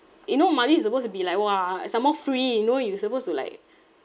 you know maldives is supposed to be like !wah! some more free you know you supposed to like